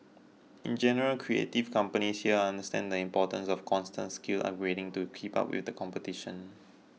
in general creative companies here understand the importance of constant skills upgrading to keep up with competition